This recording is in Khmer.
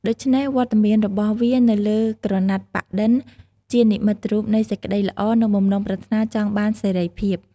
ដូច្នេះ វត្តមានរបស់វានៅលើក្រណាត់ប៉ាក់-ឌិន ជានិមិត្តរូបនៃសេចក្តីល្អ និងបំណងប្រាថ្នាចង់បានសេរីភាព។